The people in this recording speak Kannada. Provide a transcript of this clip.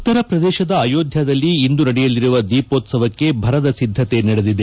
ಉತ್ತರ ಪ್ರದೇಶದ ಅಯೋಧ್ಯಾದಲ್ಲಿ ಇಂದು ನಡೆಯಲಿರುವ ದೀಪೋತ್ಪವಕ್ಕೆ ಭರದ ಸಿದ್ದತೆ ನಡೆದಿದೆ